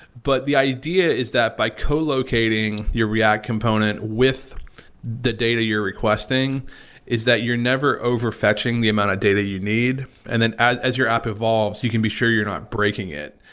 but the idea is that by co-locating your react component with the data you're requesting is that you never over fetching the amount of data you need. and then as as your app evolves, you can be sure you're not breaking it.